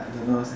I don't know